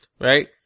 right